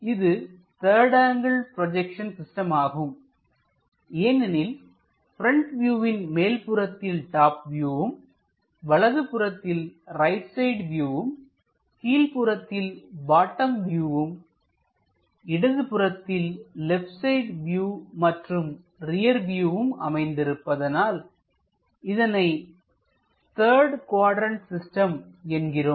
இது third angle projection system ஆகும் ஏனெனில் பிரண்ட் வியூவின் மேல் புறத்தில் டாப் வியூவும் வலதுபுறத்தில் ரைட் சைடு வியூவும் கீழ்ப்புறத்தில் பாட்டம் வியூவும் இடது புறத்தில் லெப்ட் சைடு வியூ மற்றும் ரியர் வியூவும் அமைந்திருப்பதனால் இதனை த்தர்டு குவாட்ர்ண்ட் சிஸ்டம் என்கிறோம்